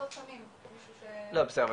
מישהו ש --- בסדר,